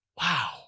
Wow